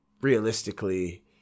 realistically